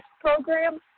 program